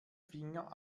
finger